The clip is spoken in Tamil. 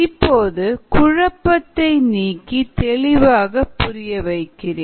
இப்போது குழப்பத்தை நீக்கி தெளிவாக புரிய வைக்கிறேன்